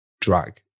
drag